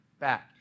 back